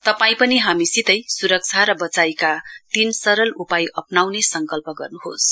तपाई पनि हामीसितै सुरक्षा र बचाइका तीन सरल उपायहरू अप्राउने संकल्प गर्नुहोस्